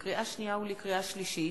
לקריאה שנייה ולקריאה שלישית: